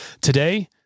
Today